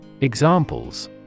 Examples